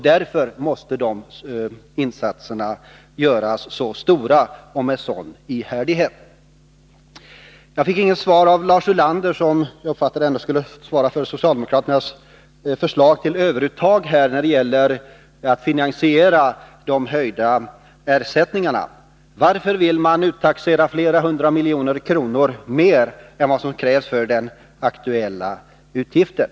Därför måste insatserna göras så stora och med sådan ihärdighet. Jag fick inget svar av Lars Ulander, som jag uppfattade skulle svara för socialdemokraternas förslag till överuttag när det gäller finansieringen av de höjda ersättningarna. Varför vill man uttaxera flera hundra miljoner kronor mer än vad som krävs för den aktuella utgiften?